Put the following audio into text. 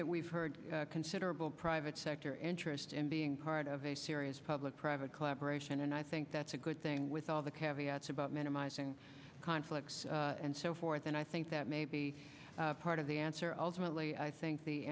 that we've heard considerable private sector interest in being part of a serious public private collaboration and i think that's a good thing with all the caveats about minimizing conflicts and so forth and i think that may be part of the answer ultimately i think the